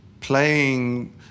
playing